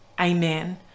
Amen